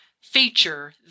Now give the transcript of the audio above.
feature